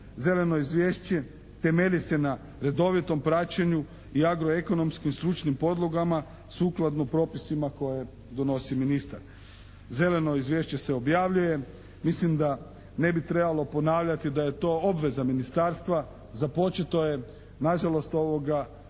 Zeleno izvješće temelji se na redovitom praćenju i agroekonomskim stručnim podlogama sukladno propisima koje donosi ministar. Zeleno izvješće se objavljuje. Mislim da ne bi trebalo ponavljati da je to obveza Ministarstva. Započeto je, nažalost više